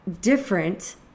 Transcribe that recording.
different